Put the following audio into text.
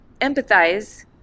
Empathize